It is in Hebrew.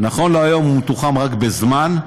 נכון להיום זה מתוחם רק בזמן,